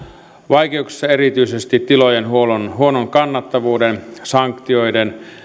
vaikeuksissa erityisesti tilojen huonon huonon kannattavuuden sanktioiden